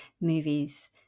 movies